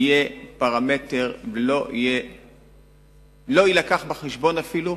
יהיה פרמטר ולא יילקח בחשבון אפילו,